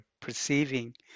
perceiving